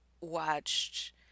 watched